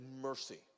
mercy